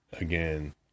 again